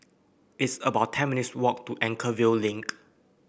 it's about ten minutes' walk to Anchorvale Link